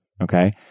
Okay